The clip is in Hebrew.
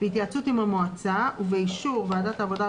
בהתייעצות עם המועצה ובאישור ועדת העבודה,